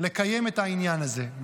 לקיים את העניין הזה.